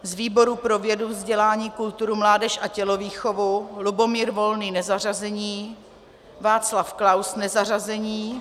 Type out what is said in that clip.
Z výboru pro vědu, vzdělání, kulturu, mládež a tělovýchovu Lubomír Volný nezařazení, Václav Klaus nezařazení.